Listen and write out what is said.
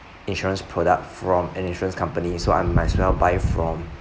insurance product from an insurance company so I might as well buy it from